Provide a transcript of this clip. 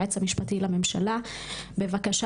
בבקשה